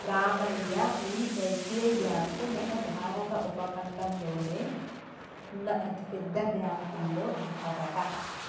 రామయ్య ఈ SBI bank మన భారత ఉపఖండంలోనే ఉన్న అతిపెద్ద బ్యాంకులో ఒకటట